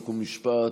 חוק ומשפט,